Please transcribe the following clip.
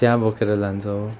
चिया बोकेर लान्छौँ